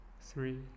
three